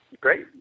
Great